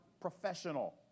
professional